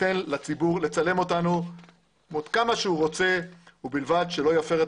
ניתן לציבור לצלם אותנו כמה שהוא רוצה ובלבד שלא יפר את